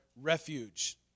refuge